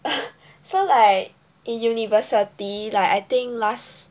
so like in university like I think last